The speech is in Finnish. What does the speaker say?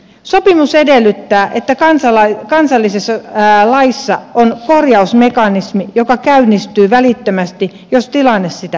sopimus edellyttää että kansallisessa laissa on korjausmekanismi joka käynnistyy välittömästi jos tilanne sitä vaatii